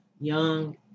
young